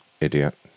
idiot